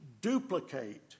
duplicate